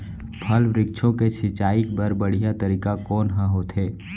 फल, वृक्षों के सिंचाई बर बढ़िया तरीका कोन ह होथे?